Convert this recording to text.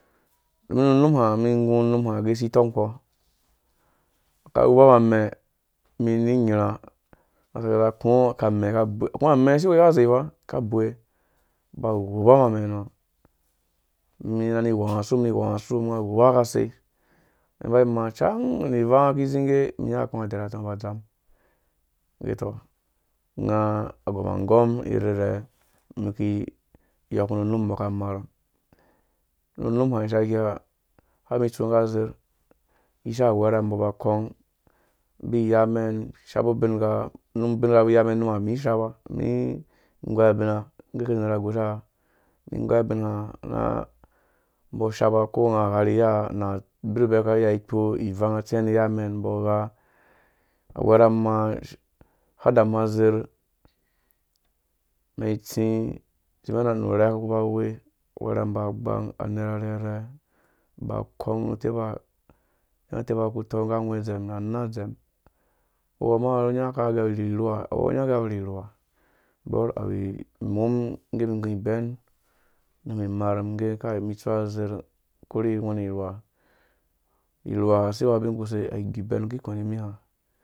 Nu unum ha ugɛ usi tɔng kpɔ awua mum amɛ umum ikpuri ini inyirhã unga adzira akũ amɛ̃ aka buwe kuma amẽ asi weke aka zeefa! Aka buwe aba awupa mum amɛ̃nĩ ini iwɔng asumuna iwɔng asumum, unga awua akasei ĩba imaa ucang ivanga iki izi ngge inyanga aka kũ adarhinga atɔ̃ɔ̃ aba azam, ĩge uto, unga agɔmangɔm irherhe umumiki iyokũ nu unum imar mum nu unum hã ishaikɛ har mum ĩmba ikɔng abi iyamɛn ashapu ubingha ukpu iyamɛn unum hã, awu umum ishapa umum ĩgoi abina ngge ukada unera agosha, inggoi abina umbɔ ashapa ukonga agha ri iya na abira bɛ aka iya akpo ivang nya atsĩ wã rĩ iyamɛn umbɔ agha awerhamun ahadama azer, umɛn itsĩ itisĩmẽn nu urhenga uku ubawe, awɛrha mum aba gbang anɛnga arherhɛ, aba akɔng mu utepa unya utepa uku ukɔng nggu awɛdzɛm nu nad~dzɛm uwɔ anya ugɛ awu irhuwa bɔr awu umum ĩgge ĩgu ibɛn unum imar mum ingge ukai umum itsu azer ikurhu ungwɛ̃rhi irhuwa, irhuwa ha asiiwea ubin ukusei awu igũ ibɛn ngge ikũ nĩ imihã